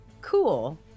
Cool